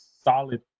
solid